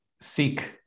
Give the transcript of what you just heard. seek